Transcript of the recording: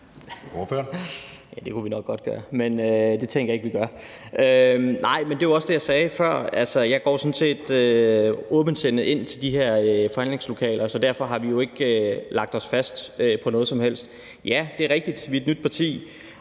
Det kunne vi nok godt gøre, men det tænker jeg ikke at vi gør. Nej, men det var også det, jeg sagde før: Jeg går sådan set åbensindet ind i de her forhandlingslokaler, og derfor har vi jo ikke lagt os fast på noget som helst. Ja, det er rigtigt, at vi er et nyt parti,